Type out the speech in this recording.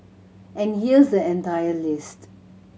and here's the entire list